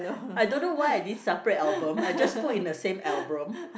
I don't know why I didn't separate album I just put in the same album